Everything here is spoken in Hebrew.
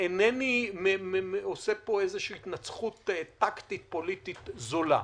אינני עושה פה איזושהי התנצחות טקטית-פוליטית זולה.